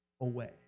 away